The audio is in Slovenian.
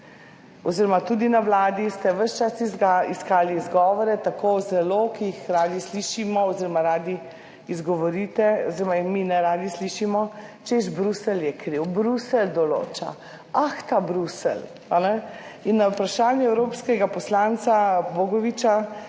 oziroma tudi na Vladi ste ves čas iskali izgovore tako zelo, ki jih radi slišimo oziroma radi izgovorite oziroma jim mi neradi slišimo, češ, Bruselj je kriv, Bruselj določa, ah ta Bruselj?! In na vprašanje evropskega poslanca Bogoviča